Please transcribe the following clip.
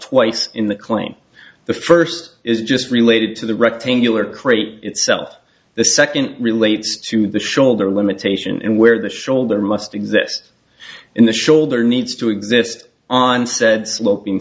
twice in the claim the first is just related to the rectangular crate itself the second relates to the shoulder limitation in where the shoulder must exist in the shoulder needs to exist on said sloping